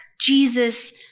Jesus